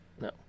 No